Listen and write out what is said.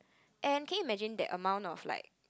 and can you imagine that amount of like